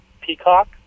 Peacock